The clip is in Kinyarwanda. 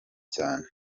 cyane